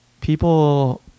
people